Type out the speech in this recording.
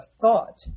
thought